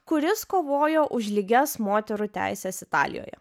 kuris kovojo už lygias moterų teises italijoje